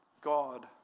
God